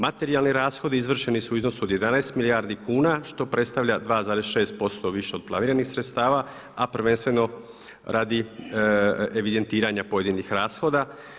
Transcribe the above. Materijalni rashodi izvršeni su u iznosu od 11 milijardi kuna što predstavlja 2,6% više od planiranih sredstava a prvenstveno radi evidentiranja pojedinih rashoda.